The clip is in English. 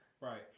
Right